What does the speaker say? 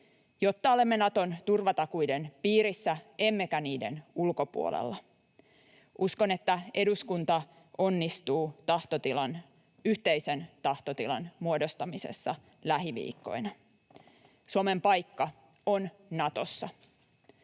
jotta olemme Naton turvatakuiden piirissä emmekä niiden ulkopuolella. Uskon, että eduskunta onnistuu yhteisen tahtotilan muodostamisessa lähiviikkoina. Suomen paikka on Natossa.